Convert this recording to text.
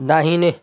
दाहिने